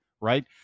Right